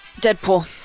Deadpool